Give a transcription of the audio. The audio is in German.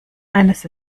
eines